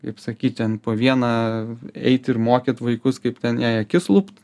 kaip sakyt ten po vieną eit ir mokyt vaikus kaip ten jai akis lupt